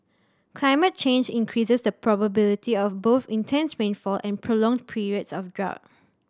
climate change increases the probability of both intense rainfall and prolonged periods of drought